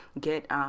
get